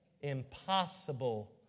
Impossible